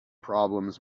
problems